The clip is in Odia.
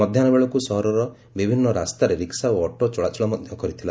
ମଧାହୁବେଳକୁ ସହର ବିଭିନ୍ନ ରାସ୍ତାରେ ରିକ୍ବା ଓ ଅଟୋ ଚଳାଚଳ ମଧ କରିଥିଲା